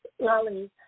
Lolly